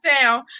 town